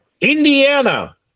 indiana